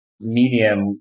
medium